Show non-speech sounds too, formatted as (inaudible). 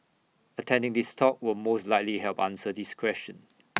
attending this talk will most likely help answer this question (noise)